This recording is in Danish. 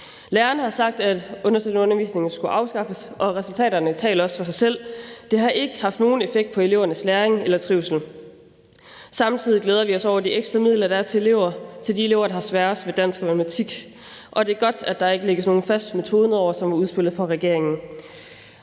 Lærerne har sagt, at understøttende undervisning skulle afskaffes, og resultaterne taler også for sig selv; det har ikke haft nogen effekt på elevernes læring eller trivsel. Samtidig glæder vi os over de ekstra midler, der er til de elever, der er sværest ved dansk og matematik, og det er godt, at der ikke lægges nogen fast metode ned over, som udspillet fra regeringen.